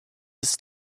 his